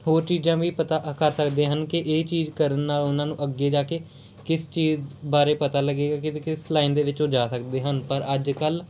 ਹੋਰ ਚੀਜ਼ਾਂ ਵੀ ਪਤਾ ਕਰ ਸਕਦੇ ਹਨ ਕਿ ਇਹ ਚੀਜ਼ ਕਰਨ ਨਾਲ ਉਹਨਾਂ ਨੂੰ ਅੱਗੇ ਜਾ ਕੇ ਕਿਸ ਚੀਜ਼ ਬਾਰੇ ਪਤਾ ਲੱਗੇਗਾ ਕਿ ਕਿਸ ਲਾਈਨ ਦੇ ਵਿੱਚ ਉਹ ਜਾ ਸਕਦੇ ਹਨ ਪਰ ਅੱਜ ਕੱਲ੍ਹ